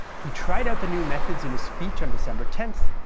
he tried out the new methods in a speech on december ten,